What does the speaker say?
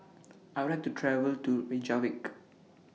I Would like to travel to Reykjavik